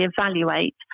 evaluate